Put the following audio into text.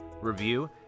review